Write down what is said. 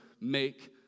make